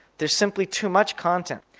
there's simply too much content.